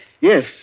Yes